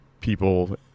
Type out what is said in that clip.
people